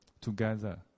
together